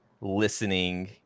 listening